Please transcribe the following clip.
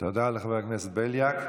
תודה לחבר הכנסת בליאק.